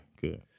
good